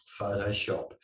Photoshop